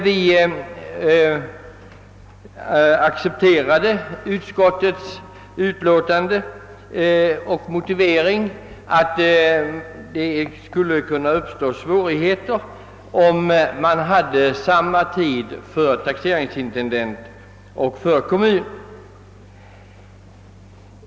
Vi accepterade emellertid då utskottets motivering att svårigheter skulle kunna uppstå om kommunens besvärstid sammanföll med taxeringsintendentens.